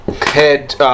head